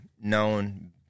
known